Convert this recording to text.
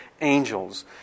angels